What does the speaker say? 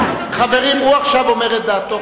הוא אומר עכשיו את דעתו.